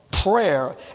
Prayer